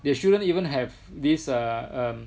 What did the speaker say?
they shouldn't even have this err err